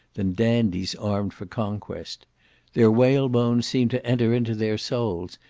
than dandies armed for conquest their whalebones seemed to enter into their souls,